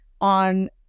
on